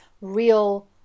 real